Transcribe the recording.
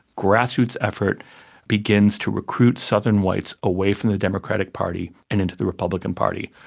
grassroots effort begins to recruit southern whites away from the democratic party and into the republican party,